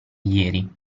ieri